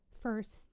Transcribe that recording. first